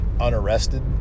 unarrested